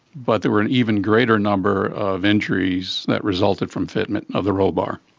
but there were an even greater number of injuries that resulted from fitment of the rollbar.